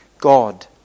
God